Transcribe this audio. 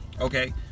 Okay